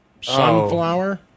Sunflower